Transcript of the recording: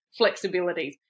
flexibilities